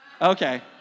Okay